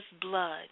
blood